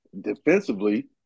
Defensively